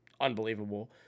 unbelievable